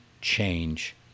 change